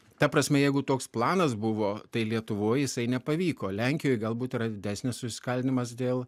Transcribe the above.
ta prasme jeigu toks planas buvo tai lietuvoj jisai nepavyko lenkijoj galbūt yra didesnis susiskaldymas dėl